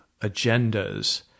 agendas